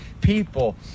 people